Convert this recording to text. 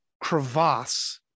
crevasse